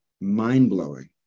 mind-blowing